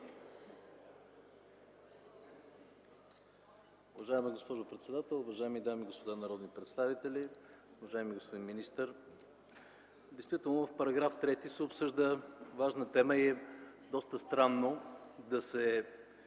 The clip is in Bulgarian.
Уважаема госпожо председател, уважаеми дами и господа народни представители, уважаеми господин министър! Действително в § 3 се обсъжда важна тема и е доста странно да се